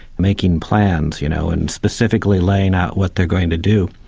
making plans, you know, and specifically laying out what they're going to do.